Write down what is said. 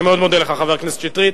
אני מאוד מודה לך, חבר הכנסת שטרית.